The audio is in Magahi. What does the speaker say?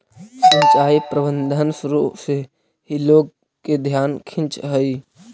सिंचाई प्रबंधन शुरू से ही लोग के ध्यान खींचऽ हइ